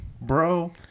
bro